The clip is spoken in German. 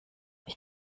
ich